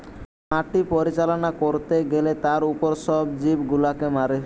মাটি পরিচালনা করতে গ্যালে তার উপর সব জীব গুলাকে মারে